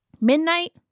Midnight